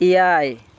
ᱮᱭᱟᱭ